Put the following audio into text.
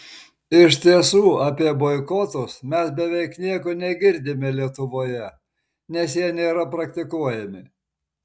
iš tiesų apie boikotus mes beveik nieko negirdime lietuvoje nes jie nėra praktikuojami